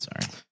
sorry